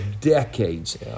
decades